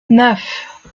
neuf